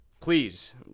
Please